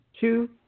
two